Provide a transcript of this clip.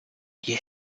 die